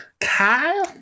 Kyle